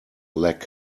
lack